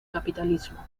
capitalismo